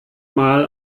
mal